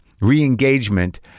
re-engagement